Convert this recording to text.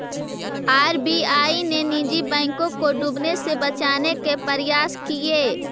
RBI ने निजी बैंकों को डूबने से बचावे के प्रयास किए